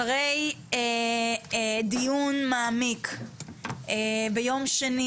אחרי דיון מעמיק ביום שני,